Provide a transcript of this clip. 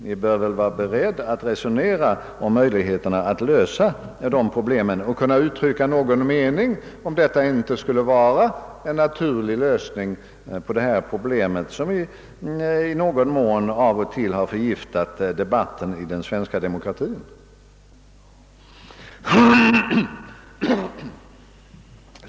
Ni bör väl vara beredd att resonera om möjligheterna att lösa dessa problem och kunna uttrycka någon mening om huruvida inte detta skulle vara en naturlig lösning på detta problem, som i någon mån av och till har förgiftat debatten i den svenska demokratin.